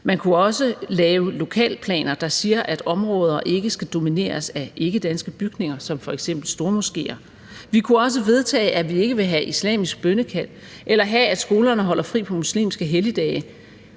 Man kunne også lave lokalplaner, der siger, at områder ikke skal domineres af ikkedanske bygninger som f.eks. stormoskéer. Vi kunne også vedtage, at vi ikke vil have islamisk bønnekald, at vi ikke vil have, at skolerne holder fri på muslimske helligdage,